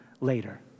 later